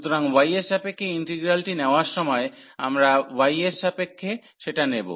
সুতরাং y এর সাপেক্ষে ইন্টিগ্রালটি নেওয়ার সময় আমরা y এর সাপেক্ষে সেটা নেব